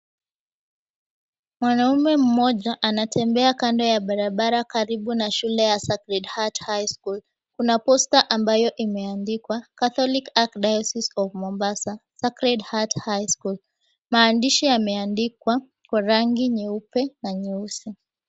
Mwanaume mmoja anatembea kando ya barabara karibu na shule ya Sacred Heart High School kuna posta ambayo imeandikwa Catholic Archdiocese of Mombasa Sacred Heart High School maandishi yameandikwa kwa rangi nyeupe ya nyueusi.